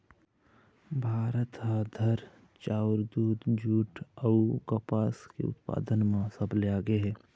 भारत ह दार, चाउर, दूद, जूट अऊ कपास के उत्पादन म सबले आगे हे